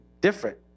different